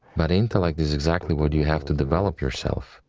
but intellect is exactly what you have to develop yourself,